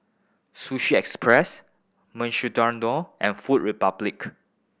Sushi Express Mukshidonna and Food Republic